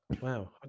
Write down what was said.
Wow